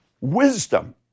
Wisdom